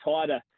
tighter